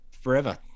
forever